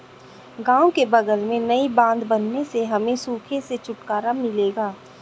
गांव के बगल में नई बांध बनने से हमें सूखे से छुटकारा मिलेगा